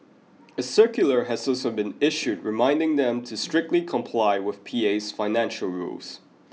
a circular has also been issued reminding them to strictly comply with P A's financial rules